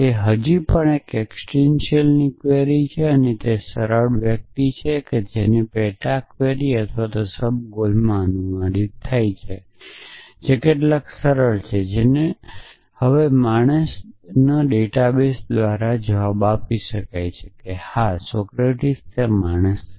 તે હજી પણ એક એકસીટેંટીયલની ક્વેરી છે તે એક સરળ વ્યક્તિ છે કે જેની પેટા ક્વેરી અથવા સબગોલમાં અનુવાદ થાય છે જે કેટલાક સરળ છે જેનો માણસ હવે ડેટાબેઝ દ્વારા જવાબ આપી શકે છે હા સોક્રેટીસ તે માણસ છે